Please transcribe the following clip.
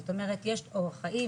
זאת אומרת יש אורח חיים,